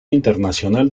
internacional